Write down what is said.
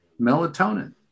melatonin